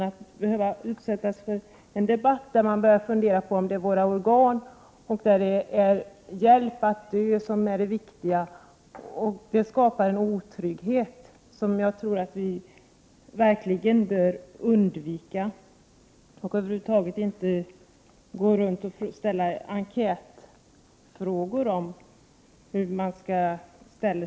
Att behöva utsättas för en debatt om dödshjälp, där man börjar fundera över om det är våra organ och hjälpen att dö som är det viktiga, skapar en otrygghet. Man bör över huvud taget inte ställa enkätfrågor om dödshjälp.